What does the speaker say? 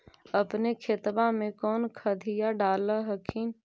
अपने खेतबा मे कौन खदिया डाल हखिन?